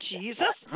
Jesus